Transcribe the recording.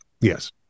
Yes